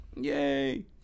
Yay